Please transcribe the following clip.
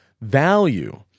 value